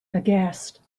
aghast